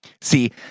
See